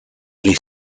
les